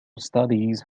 studies